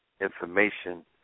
information